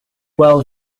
well